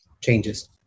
changes